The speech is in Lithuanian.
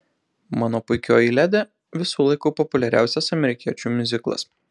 mano puikioji ledi visų laikų populiariausias amerikiečių miuziklas